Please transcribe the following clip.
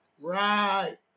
Right